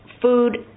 food